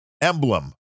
emblem